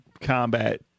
combat